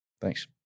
thanks